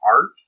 Art